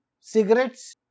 Cigarettes